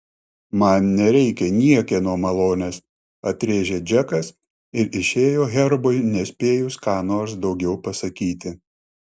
man nereikia niekieno malonės atrėžė džekas ir išėjo herbui nespėjus ką nors daugiau pasakyti